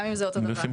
גם אם זה אותו דבר.